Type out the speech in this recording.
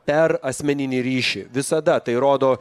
per asmeninį ryšį visada tai rodo